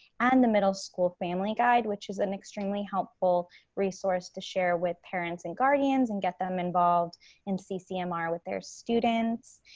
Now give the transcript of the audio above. and the middle school family guide, which is an extremely helpful resource to share with parents and guardians and get them involved in ccmr with their students.